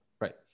Right